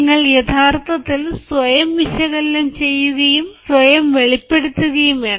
നിങ്ങൾ യഥാർത്ഥത്തിൽ സ്വയം വിശകലനം ചെയ്യുകയുംസ്വയം വെളിപ്പെടുത്തുകയും വേണം